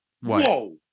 whoa